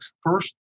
first